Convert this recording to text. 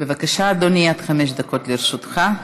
בבקשה, אדוני, עד חמש דקות לרשותך.